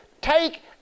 take